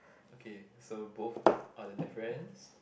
okay so both are the difference